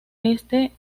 este